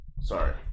Sorry